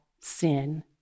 sin